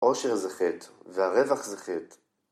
עושר זה חטא והרווח זה חטא